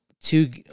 two